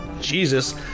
Jesus